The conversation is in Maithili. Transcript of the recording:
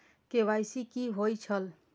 के.वाई.सी कि होई छल?